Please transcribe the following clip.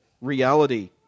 reality